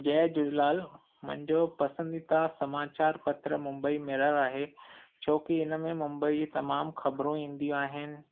जय झूलेलाल मुंहिंजो पसंदीदा समाचारपत्र मुंबई मिरर आहे छो की इनमे मुंबई जी तमामु ख़बरूं ईंदियूं आहिनि